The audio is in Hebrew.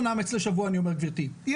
נאמץ לשבוע אני אומר לך גברתי יושבת הראש.